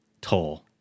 toll